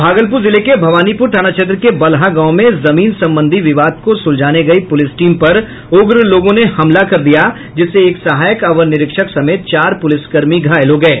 भागलपुर जिले के भवानीपुर थाना क्षेत्र के बलहा गांव में जमीन संबंधी विवाद को सुलझाने गई पुलिस टीम पर उग्र लोगों ने हमला कर दिया जिससे एक सहायक अवर निरीक्षक समेत चार पुलिसकर्मी घायल हो गये